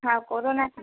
हां कोरोनाचं